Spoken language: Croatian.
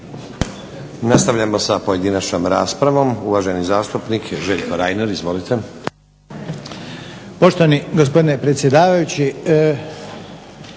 Nastavljamo sa pojedinačnom raspravom. Uvaženi zastupnik Željko Reiner, izvolite.